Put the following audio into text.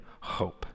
hope